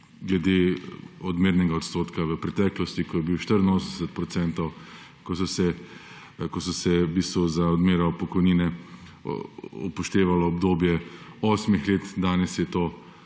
glede odmernega odstotka v preteklosti, ko je bil le-ta 84 %, ko se je v bistvu za odmero pokojnine upoštevalo obdobje osmih let. Danes je to